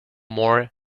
more